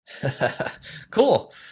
Cool